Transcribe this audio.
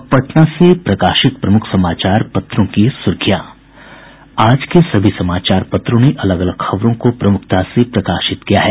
अब पटना से प्रकाशित प्रमुख समाचार पत्रों की सुर्खियां आज के सभी समाचार पत्रों ने अलग अलग खबरों को प्रमुखता से प्रकाशित किया है